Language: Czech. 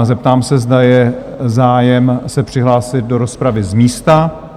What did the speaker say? Zeptám se, zda je zájem se přihlásit do rozpravy z místa?